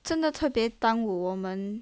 真的特别耽误我们